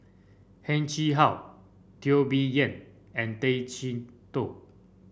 Heng Chee How Teo Bee Yen and Tay Chee Toh